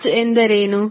ಚಾರ್ಜ್ಎಂದರೇನು